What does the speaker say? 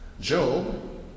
Job